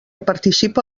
participa